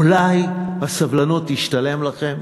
אולי הסבלנות תשתלם לכם?